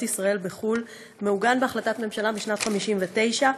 ישראל בחו"ל מעוגן בהחלטת ממשלה משנת 59',